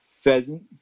pheasant